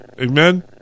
Amen